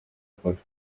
ufashwe